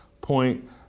point